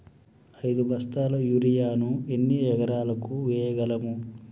ఐదు బస్తాల యూరియా ను ఎన్ని ఎకరాలకు వేయగలము?